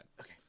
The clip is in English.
Okay